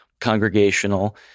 congregational